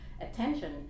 attention